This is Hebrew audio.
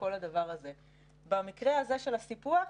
במקרה של הסיפוח,